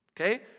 Okay